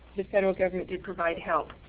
the federal government did provide help.